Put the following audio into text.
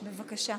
בבקשה.